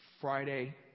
Friday